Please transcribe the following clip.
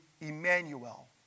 Emmanuel